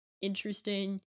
interesting